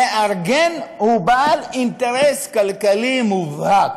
המארגן הוא בעל אינטרס כלכלי מובהק,